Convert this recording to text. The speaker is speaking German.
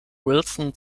wilson